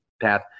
path